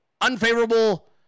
unfavorable